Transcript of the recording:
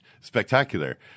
spectacular